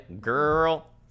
girl